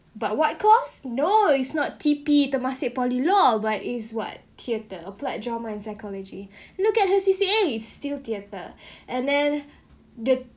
but what course noise is not T_P Temasek poly law but is what theatre applied drama psychology look at her C_C_A still theatre and then the